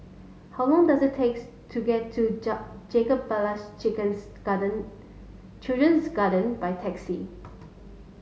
how long does it takes to get to Jacob Ballas Chichen's Garden Children's Garden by taxi